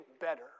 better